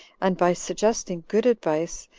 and by suggesting good advice,